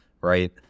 right